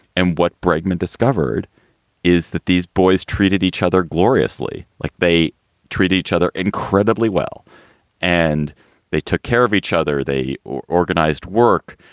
and what bregman discovered is that these boys treated each other gloriously like they treat each other incredibly well and they took care of each other. they organized work.